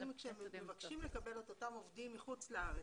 האם כשהם מבקשים לקבל את אותם עובדים מחוץ לארץ,